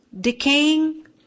decaying